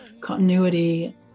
continuity